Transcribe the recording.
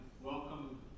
Welcome